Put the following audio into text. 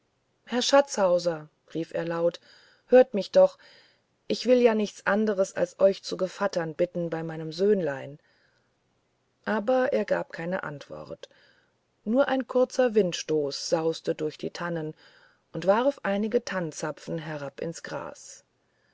herr schatzhauser rief er laut hört mich doch ich will ja nichts anderes als euch zu gevatter bitten bei meinem söhnlein aber er gab keine antwort nur ein kurzer windstoß sauste durch die tannen und warf einige tannzapfen herab ins gras